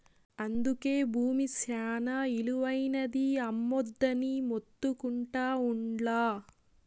అందుకే బూమి శానా ఇలువైనది, అమ్మొద్దని మొత్తుకుంటా ఉండ్లా